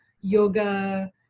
yoga